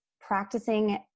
practicing